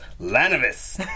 Lanavis